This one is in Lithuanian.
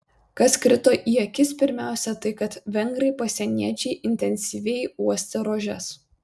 kas krito į akis pirmiausia tai kad vengrai pasieniečiai intensyviai uostė rožes